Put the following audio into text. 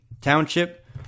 township